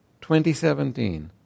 2017